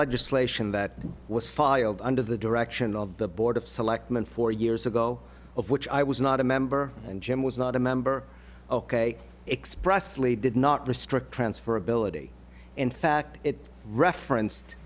legislation that was filed under the direction of the board of selectmen four years ago of which i was not a member and jim was not a member ok expressly did not restrict transfer ability in fact it referenced